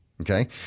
Okay